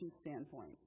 standpoint